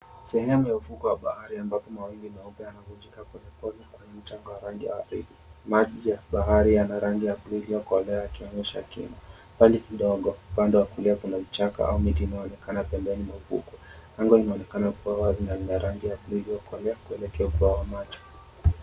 Sehemu ya ufukwe wa bahari ambapo mawimbi meupe yanavunjika polepole kwenye mchanga wa rangi ya waridi. Maji ya bahari yanarangii ya bluu iliyokolea yakionyesha kina mbali kidogo upande wa kulia kuna mchanga au miti inayoonekana pembeni mwa ufukwe. Anga inaonekana kuwa wazi na inarangi ya bluu iliyokolea kulekea upeo wa macho.